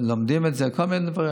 שלומדים את זה, כל מיני דברים.